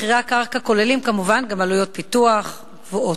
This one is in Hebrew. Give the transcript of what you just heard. מחירי הקרקע כוללים כמובן גם עלויות פיתוח גבוהות.